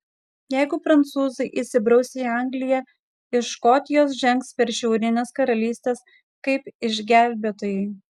jeigu prancūzai įsibraus į angliją iš škotijos žengs per šiaurines karalystes kaip išgelbėtojai